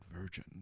Virgin